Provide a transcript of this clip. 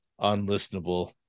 unlistenable